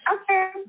Okay